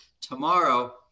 tomorrow